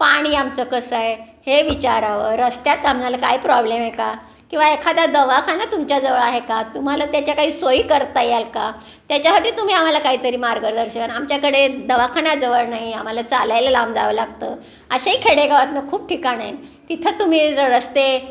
पाणी आमचं कसं आहे हे विचारावं रस्त्यात आम्हाला काय प्रॉब्लेम आहे का किंवा एखादा दवाखाना तुमच्याजवळ आहे का तुम्हाला त्याच्या काही सोयी करता येईल का त्याच्यासाठी तुम्ही आम्हाला काही तरी मार्गदर्शन आमच्याकडे दवाखाना जवळ नाही आम्हाला चालायला लांब जावं लागतं अशाही खेडेगावातून खूप ठिकाणं आहे तिथं तुम्ही रस्ते